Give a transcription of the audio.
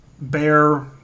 bear